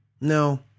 No